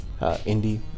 indie